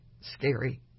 scary